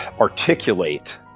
articulate